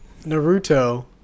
Naruto